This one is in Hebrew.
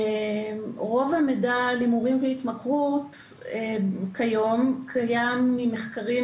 רוב המידע על הימורים והתמכרות כיום קיים ממחקרים